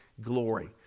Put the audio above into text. glory